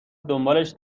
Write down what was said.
دنبالش